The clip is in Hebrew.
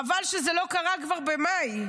חבל שזה לא קרה כבר במאי,